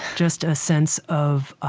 just a sense of ah